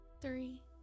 three